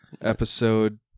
episode